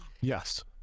Yes